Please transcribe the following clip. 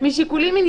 כן.